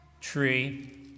tree